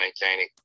maintaining